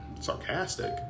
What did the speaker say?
sarcastic